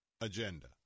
agenda